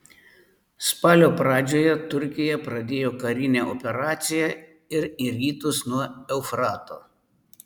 spalio pradžioje turkija pradėjo karinę operaciją ir į rytus nuo eufrato